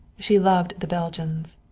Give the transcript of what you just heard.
she loved the belgians.